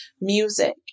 music